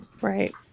Right